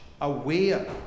aware